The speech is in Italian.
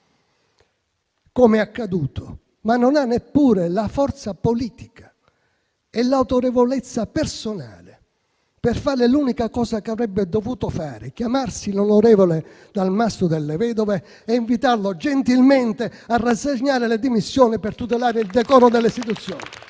come è accaduto, ma non ha neppure la forza politica e l'autorevolezza personale per fare l'unica cosa che avrebbe dovuto fare, ovvero chiamare l'onorevole Delmastro Delle Vedove e invitarlo gentilmente a rassegnare le dimissioni, per tutelare il decoro delle istituzioni.